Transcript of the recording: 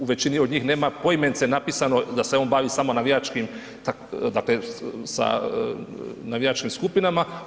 U većini od njih nema poimence napisano da se on bavi samo navijačkim dakle sa navijačkim skupinama.